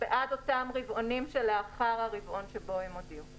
בעד אותם רבעונים שלאחר הרבעון שבו הם הודיעו.